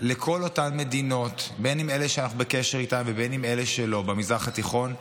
לכל אותן מדינות, אם אלה שאנחנו בקשר איתן ואם אלה שלא במזרח התיכון,